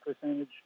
percentage